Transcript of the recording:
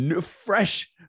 fresh